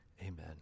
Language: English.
amen